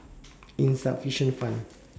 insufficient fund